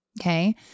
Okay